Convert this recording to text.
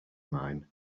mine